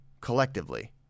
collectively